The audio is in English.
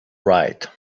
right